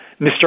Mr